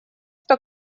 что